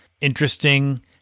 interesting